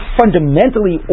fundamentally